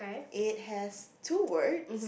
it has two words